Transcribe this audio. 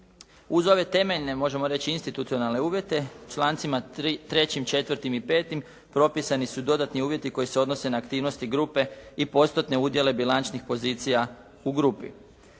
Uz ove temeljne, možemo reći institucionalne uvjete člancima 3., 4. i 5. propisani su dodatni uvjeti koji se odnose na aktivnosti grupe i postotne udjele bilančnih pozicija u grupi.